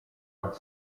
nad